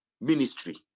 ministry